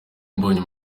mbonye